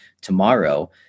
tomorrow